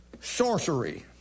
sorcery